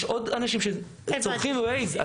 יש עוד אנשים שצורכים ווייז.